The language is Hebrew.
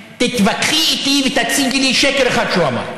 תתווכחי איתי ותציגי לי שקר אחד שהוא אמר.